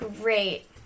great